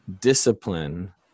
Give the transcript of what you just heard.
discipline